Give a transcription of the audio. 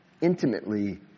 Intimately